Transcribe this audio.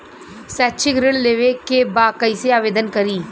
शैक्षिक ऋण लेवे के बा कईसे आवेदन करी?